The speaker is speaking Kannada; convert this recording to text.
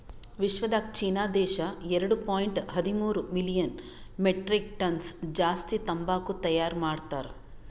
ವಿಶ್ವದಾಗ್ ಚೀನಾ ದೇಶ ಎರಡು ಪಾಯಿಂಟ್ ಹದಿಮೂರು ಮಿಲಿಯನ್ ಮೆಟ್ರಿಕ್ ಟನ್ಸ್ ಜಾಸ್ತಿ ತಂಬಾಕು ತೈಯಾರ್ ಮಾಡ್ತಾರ್